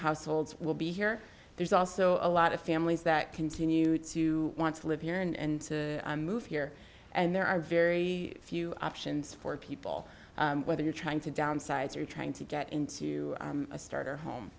households will be here there's also a lot of families that continue to want to live here and move here and there are very few options for people whether you're trying to downsize are trying to get into a starter home